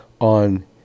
on